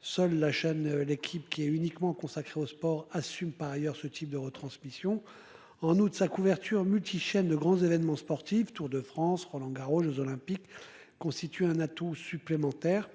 Seule la chaîne l'équipe qui est uniquement consacrée au sport assume par ailleurs ce type de retransmission. En août sa couverture multi-chaînes de grands événements sportifs. Tour de France, Rolland Garros Jeux olympiques constitue un atout supplémentaire.